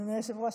אדוני היושב-ראש,